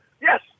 Yes